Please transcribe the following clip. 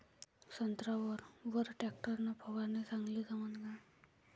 संत्र्यावर वर टॅक्टर न फवारनी चांगली जमन का?